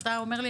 אתה אומר לי,